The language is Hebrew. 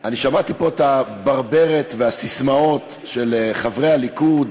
אני שמעתי פה את הברברת והססמאות של חברי הליכוד,